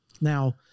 now